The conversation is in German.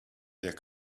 der